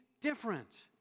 different